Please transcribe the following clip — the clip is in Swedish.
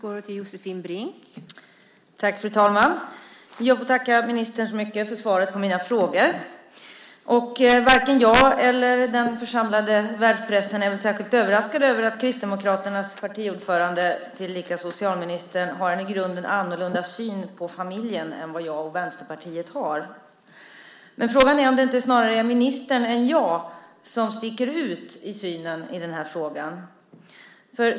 Fru talman! Jag ber att få tacka ministern så mycket för svaret på mina frågor. Varken jag eller den församlade världspressen är väl särskilt överraskade över att Kristdemokraternas partiordförande och tillika socialministern har en i grunden annorlunda syn på familjen än vad jag och Vänsterpartiet har. Men frågan är om det inte snarare är ministern än jag som sticker ut med synen i den här frågan.